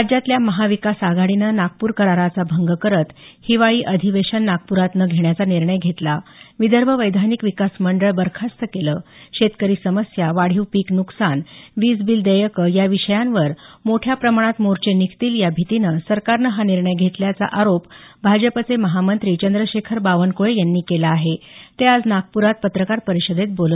राज्यातल्या महाविकास आघाडीने नागपूर कराराचा भंग करत हिवाळी अधिवेशन नागप्रात न घेण्याचा निर्णय घेतला विदर्भ वैधानिक विकास मंडळ बरखास्त केलं नागपुरात शेतकरी समस्या वाढीव पीक नुकसान वीज बिल देयके या विषयांवर मोठ्या प्रमाणात मोर्चे निघतील या भीतीने सरकारने हा निर्णय घेतल्याचा आरोप भाजपचे महामंत्री चंद्रशेखर बावनकुळे यांनी आज नागपुरमध्ये पत्रकार परिषदेत केला